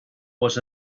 was